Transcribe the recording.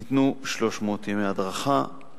ניתנו 300 ימי הדרכה.